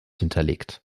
hinterlegt